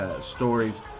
stories